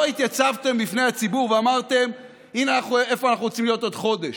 לא התייצבתם בפני הציבור ואמרתם איפה אנחנו רוצים להיות עוד חודש,